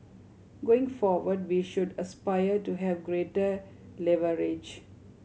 going forward we should aspire to have greater leverage